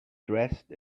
dressed